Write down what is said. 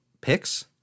picks